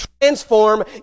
transform